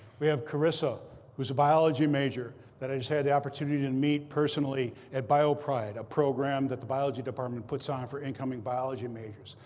we have carissa who is a biology major that i just had the opportunity to and meet personally at biopride, a program that the biology department puts on for incoming biology biology majors.